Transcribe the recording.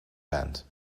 band